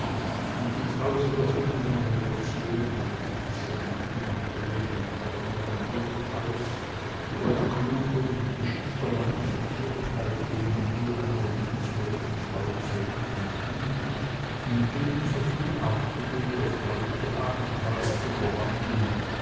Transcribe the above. und in tausend erfundenen variationen wandte ich dieselben hin und her und malte mir ein leben aus wo ein kluger und geschickter mann die verkehrtheiten und mängel einer liebenswürdigen frau täglich und stündlich in ebensoviel artige und erfreuliche abenteuer zu verwandeln